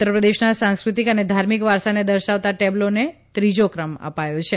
ઉત્તરપ્રદેશના સાંસ્કૃતિક અને ધાર્મિક વારસાને દર્શાવતા ટેબ્લોને ત્રીજો ક્રમ અપાયો છે